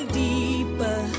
deeper